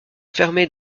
fermée